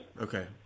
Okay